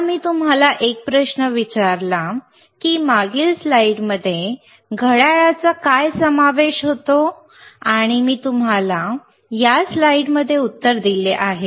आता मी तुम्हाला एक प्रश्न विचारला की मागील स्लाइडमध्ये घड्याळाचा काय समावेश होतो आणि मी तुम्हाला या स्लाइडमध्ये उत्तर दिले आहे